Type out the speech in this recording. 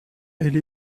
elle